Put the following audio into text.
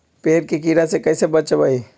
पेड़ के कीड़ा से कैसे बचबई?